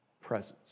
presence